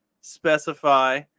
specify